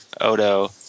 Odo